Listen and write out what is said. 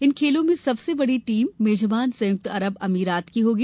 इन खेलों में सबसे बड़ी टीम मेजबान संयुक्त अरब अमीरात की होगी